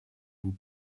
vous